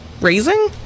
raising